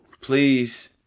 Please